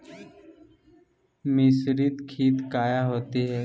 मिसरीत खित काया होती है?